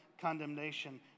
condemnation